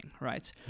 right